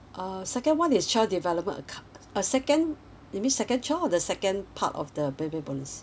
uh second one is child develop account uh second it you mean second child or the second part of the baby bonus